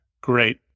Great